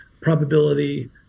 probability